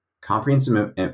comprehensive